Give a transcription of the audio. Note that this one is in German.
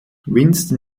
winston